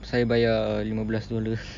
saya bayar lima belas dollar